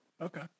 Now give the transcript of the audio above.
Okay